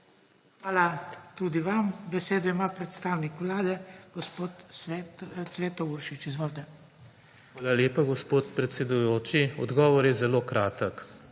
Hvala tudi vam. Besedo ima predstavnik vlade, gospod Cveto Uršič. Izvolite. **CVETO URŠIČ:** Hvala lepa, gospod predsedujoči. Odgovor je zelo kratek.